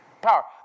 power